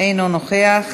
אינו נוכח,